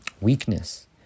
Weakness